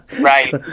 Right